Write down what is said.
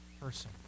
person